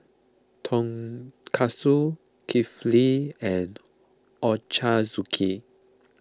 Tonkatsu Kulfi and Ochazuke